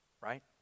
right